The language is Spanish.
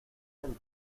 del